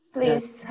Please